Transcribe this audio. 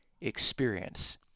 experience